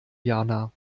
jana